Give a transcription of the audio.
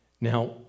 Now